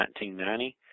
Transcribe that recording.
1990